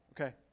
okay